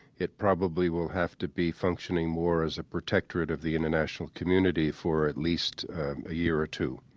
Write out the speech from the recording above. it probably will have to be functioning more as a protectorate of the international community for at least a year or two.